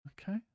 Okay